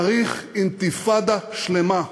צריך אינתיפאדה שלמה.